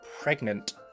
pregnant